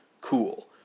Cool